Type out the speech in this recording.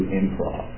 improv